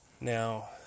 Now